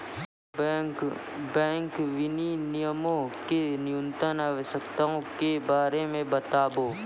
bank विनियमो के न्यूनतम आवश्यकता के बारे मे बताबो